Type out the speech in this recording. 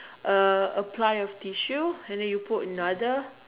uh apply a tissue then you put another